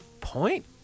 point